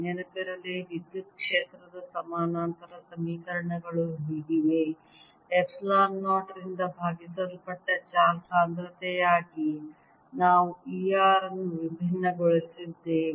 ನೆನಪಿರಲಿ ವಿದ್ಯುತ್ ಕ್ಷೇತ್ರದ ಸಮಾನಾಂತರ ಸಮೀಕರಣಗಳು ಹೀಗಿವೆ ಎಪ್ಸಿಲಾನ್ 0 ರಿಂದ ಭಾಗಿಸಲ್ಪಟ್ಟ ಚಾರ್ಜ್ ಸಾಂದ್ರತೆಯಾಗಿ ನಾವು E r ಅನ್ನು ವಿಭಿನ್ನಗೊಳಿಸಿದ್ದೇವೆ